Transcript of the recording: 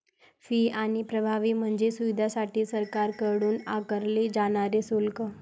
fee आणि प्रभावी म्हणजे सुविधांसाठी सरकारकडून आकारले जाणारे शुल्क